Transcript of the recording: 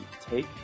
Take